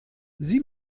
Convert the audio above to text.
sieh